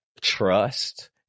trust